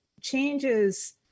changes